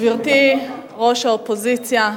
גברתי ראש האופוזיציה,